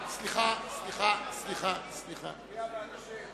אני מקריא בפעם הראשונה את כל